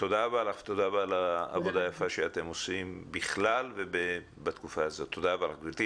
רבה לך ועל העבודה היפה שאתם עושים בתקופה הזאת ובכלל.